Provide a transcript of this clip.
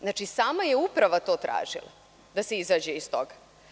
Znači, sama je uprava to tražila, da se izađe iz toga.